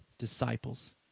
disciples